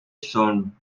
from